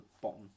bottom